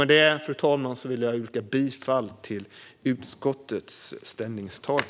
Med detta vill jag yrka bifall till utskottets förslag.